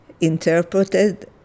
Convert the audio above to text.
interpreted